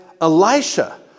Elisha